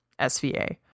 sva